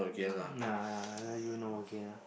ya ya I let you know okay ah